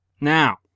Now